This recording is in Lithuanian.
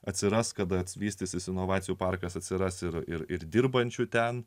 atsiras kada vystysis inovacijų parkas atsiras ir ir dirbančių ten